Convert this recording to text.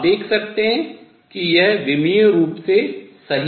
आप देख सकते हैं कि यह विमीय रूप से सही है